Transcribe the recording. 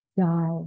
die